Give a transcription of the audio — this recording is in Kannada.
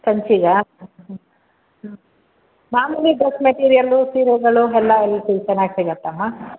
ಕಂಚಿಗಾ ಮಾಮೂಲಿ ಡ್ರೆಸ್ ಮೆಟೀರಿಯಲ್ಲು ಸೀರೆಗಳು ಎಲ್ಲ ಎಲ್ಲಿ ಸಿಗು ಚೆನ್ನಾಗಿ ಸಿಗುತ್ತಮ್ಮ